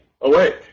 awake